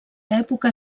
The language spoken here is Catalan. època